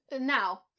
Now